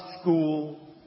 school